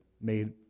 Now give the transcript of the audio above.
made